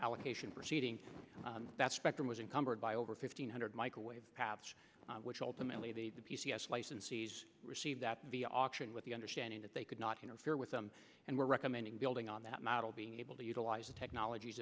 allocation proceeding on that spectrum was encumbered by over fifteen hundred microwave patch which ultimately they the p c s licensees received at the auction with the understanding that they could not interfere with them and we're recommending building on that model being able to utilize the technolog